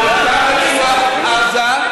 לאותה רצועת עזה,